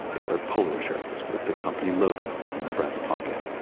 they wear polo shirts with the company logo on the breast pocket.